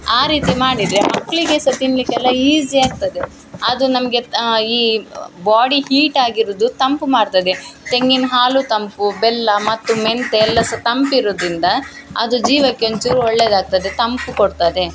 ಆ ರೀತಿ ಮಾಡಿದರೆ ಮಕ್ಕಳಿಗೆ ಸಹ ತಿನ್ಲಿಕ್ಕೆ ಎಲ್ಲ ಈಝಿ ಆಗ್ತದೆ ಅದು ನಮಗೆ ಈ ಬಾಡಿ ಹೀಟ್ ಆಗಿರುವುದು ತಂಪು ಮಾಡ್ತದೆ ತೆಂಗಿನಹಾಲು ತಂಪು ಬೆಲ್ಲ ಮತ್ತು ಮೆಂತ್ಯೆ ಎಲ್ಲ ಸಹ ತಂಪಿರುದರಿಂದ ಅದು ಜೀವಕ್ಕೆ ಒಂಚೂರು ಒಳ್ಳೆಯದಾಗ್ತದೆ ತಂಪು ಕೊಡ್ತದೆ